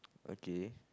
okay